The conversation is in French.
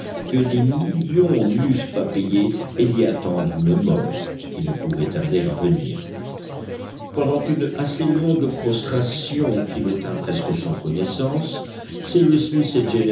que des millions n'eussent pas payées et d'y attendre une mort qui ne pouvait tarder à venir pendant une assez longue prostration qui le tint presque sans connaissance cyrus smith